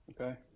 Okay